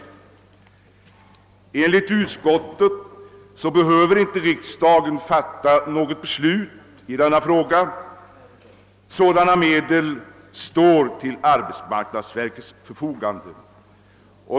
Enligt utskottets uppfattning behöver inte riksdagen fatta något beslut i denna fråga, utan sådana medel står till arbetsmarknadsverkets förfogande.